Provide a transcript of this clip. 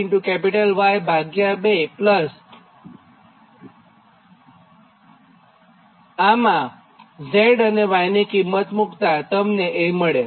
A 1ZY2 માં Z અને Y ની કિંમતો મૂકતાં તમને મળે